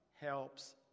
helps